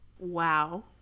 wow